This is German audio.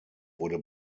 wurde